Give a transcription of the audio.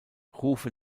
rufe